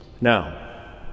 Now